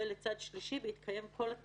אבל הרמיזות פה, בעיניי, הן אינן במקומן כלל וכלל.